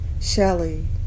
Shelley